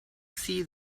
see